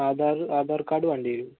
Aadhaar Aadhaar card വേണ്ടി വരും